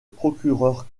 procureur